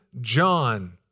John